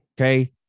okay